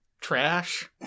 trash